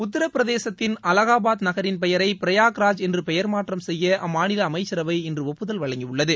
உத்தரப்பிரதேசத்தின் அலகாபாத் நகரின் பெயரை பிரையாக்ராஜ் என்று பெயர்மாற்றம் செய்ய அம்மாநில அமைச்சரவை இன்று ஒப்புதல் வழங்கியுள்ளது